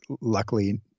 Luckily